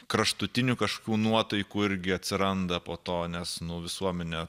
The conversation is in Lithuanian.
kraštutinių kažkokių nuotaikų irgi atsiranda po to nes nu visuomenė